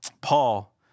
Paul